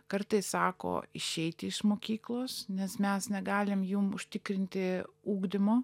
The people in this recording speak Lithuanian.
kartais sako išeiti iš mokyklos nes mes negalim jum užtikrinti ugdymo